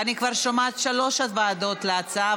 אני כבר שומעת שלוש ועדות להצעה,